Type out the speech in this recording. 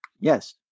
yes